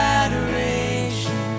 adoration